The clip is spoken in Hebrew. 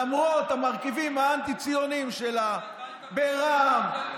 למרות המרכיבים האנטי-ציוניים שלה ברע"מ,